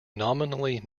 nominally